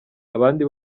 abandi